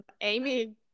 Amy